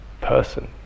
person